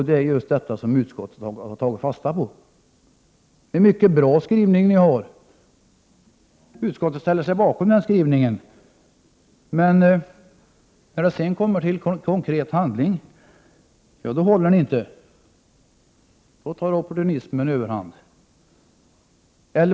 Det är just detta som utskottet har tagit fasta på. Det är en mycket bra skrivning som centern har, och utskottet har ställt sig bakom den. Men när det kommer till konkret handling håller ni er inte till den. Då tar opportunismen överhanden.